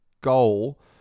goal